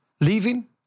leaving